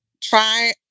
try